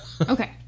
Okay